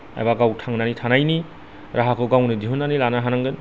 एबा गाव थांनानै थानायनि राहाखौ गावनो दिहुन्नानै लानो हानांगोन